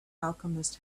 alchemist